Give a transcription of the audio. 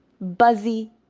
buzzy